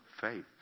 faith